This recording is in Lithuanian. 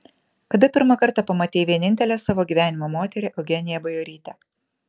kada pirmą kartą pamatei vienintelę savo gyvenimo moterį eugeniją bajorytę